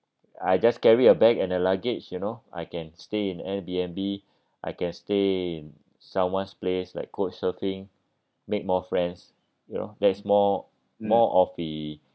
I just carry a bag and a luggage you know I can stay in airbnb I can stay in someone's place like couch surfing make more friends you know there's more more of the